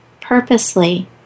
purposely